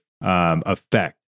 effect